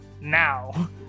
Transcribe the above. now